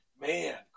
man